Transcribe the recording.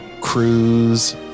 cruise